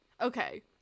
Okay